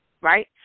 right